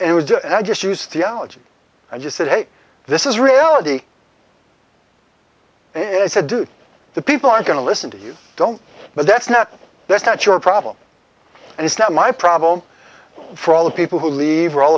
him it was just use theology and just said hey this is reality and i said dude the people are going to listen to you don't but that's not that's not your problem and it's not my problem for all the people who leave or all